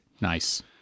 Nice